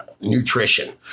nutrition